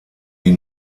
die